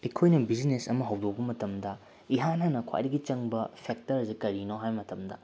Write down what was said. ꯑꯩꯈꯣꯏꯅ ꯕꯤꯖꯤꯅꯦꯁ ꯑꯃ ꯍꯧꯗꯣꯛꯄ ꯃꯇꯝꯗ ꯏꯍꯥꯟ ꯍꯥꯟꯅ ꯈ꯭ꯋꯥꯏꯗꯒꯤ ꯆꯪꯕ ꯐꯦꯛꯇꯔꯁꯤ ꯀꯔꯤꯅꯣ ꯍꯥꯏꯕ ꯃꯇꯝꯗ